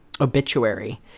obituary